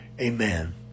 Amen